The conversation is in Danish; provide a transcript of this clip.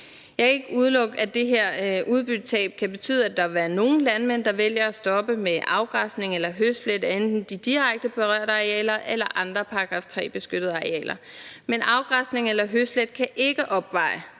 Jeg kan ikke udelukke, at det her udbyttetab kan betyde, at der ville være nogle landmænd, der vælger at stoppe med afgræsning eller høslæt af enten de direkte berørte arealer eller andre § 3-beskyttede arealer, men afgræsning eller høslæt kan ikke opveje